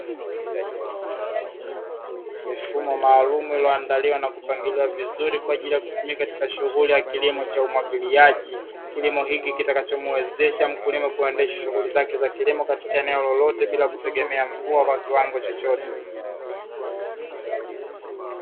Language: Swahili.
Mifumo maalumu iliyoandaliwa na kupangilia vizuri kwa ajili ya kutumika katika shughuli ya kilimo cha umwagiliaji, kilimo hiki kitakachomwezesha mkulima kuendesha shughuli zake za kilimo katika eneo lolote bila kutegemea mvua kwa kiwango chochote.